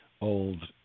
old